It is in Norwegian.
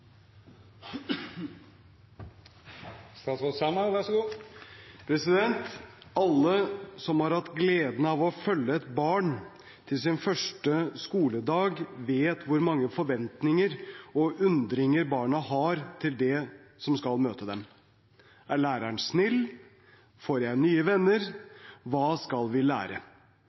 Alle som har hatt gleden av å følge et barn til første skoledag, vet hvor mange forventninger og undringer barna har til det som skal møte dem. Er læreren snill? Får jeg nye venner? Hva skal vi lære?